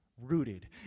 rooted